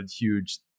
huge